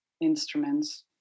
instruments